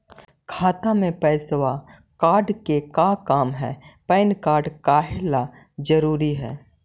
खाता में PAN card के का काम है पैन कार्ड काहे ला जरूरी है?